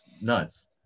nuts